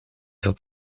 dat